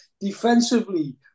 defensively